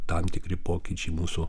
tam tikri pokyčiai mūsų